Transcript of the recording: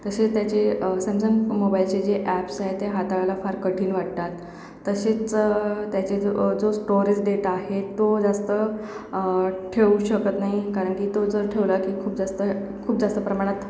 तसेच त्याचे सॅमसंग मोबाईलचे जे ॲप्स आहे ते हाताळायला फार कठीण वाटतात तसेच त्याचे जे जो स्टोअरेज डेटा आहे तो जास्त ठेऊ शकत नाही कारण की तो जर ठेवला की खूप जास्त खूप जास्त प्रमाणात